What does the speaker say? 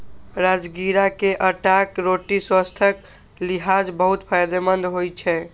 राजगिरा के आटाक रोटी स्वास्थ्यक लिहाज बहुत फायदेमंद होइ छै